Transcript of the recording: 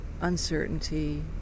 Uncertainty